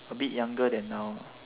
a bit younger than now